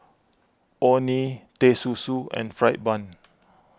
Orh Nee the Susu and Fried Bun